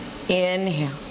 inhale